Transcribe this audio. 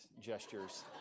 gestures